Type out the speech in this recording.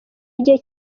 igihe